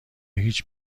هیچ